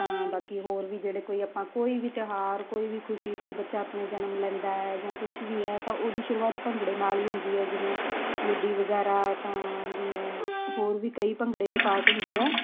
ਤਾਂ ਬਾਕੀ ਹੋਰ ਵੀ ਜਿਹੜੇ ਕੋਈ ਆਪਾਂ ਕੋਈ ਵੀ ਤਿਉਹਾਰ ਕੋਈ ਵੀ ਖੁਸ਼ੀ ਕੋਈ ਬੱਚਾ ਆਪਣੇ ਜਨਮ ਲੈਂਦਾ ਜਾਂ ਕੁਛ ਵੀ ਹੈ ਤਾਂ ਉਹਦੀ ਸ਼ੁਰੂਆਤ ਭੰਗੜੇ ਨਾਲ ਹੀ ਹੁੰਦੀ ਹੈ ਜਿਵੇਂ ਲੁੱਡੀ ਵਗੈਰਾ ਤਾਂ ਜਿਵੇਂ ਹੋਰ ਵੀ ਕਈ ਭੰਗੜੇ ਦੇ ਪਾਰਟ ਹੁੰਦੇ ਆ